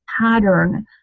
pattern